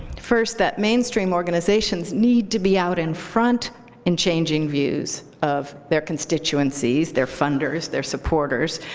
first, that mainstream organizations need to be out in front in changing views of their constituencies, their funders, their supporters,